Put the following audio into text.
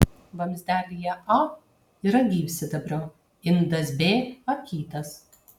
vamzdelyje a yra gyvsidabrio indas b akytas